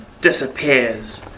Disappears